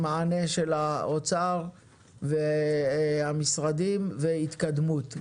מענה של האוצר והמשרדים והתקדמות.